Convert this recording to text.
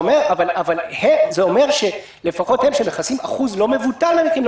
אבל לפחות הם שמכסים אחוז לא מבוטל מההליכים,